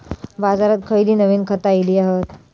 बाजारात खयली नवीन खता इली हत?